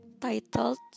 titled